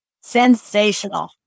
Sensational